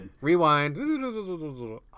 rewind